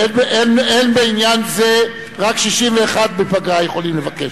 אין בעניין זה, רק 61 בפגרה יכולים לבקש.